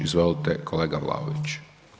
Izvolite kolega Vlaović.